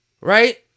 Right